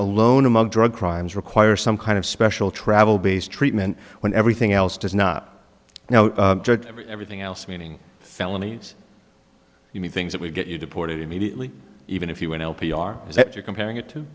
alone among drug crimes requires some kind of special travel based treatment when everything else does not now everything else meaning felonies you mean things that we get you deported immediately even if you win l p r you're comparing it to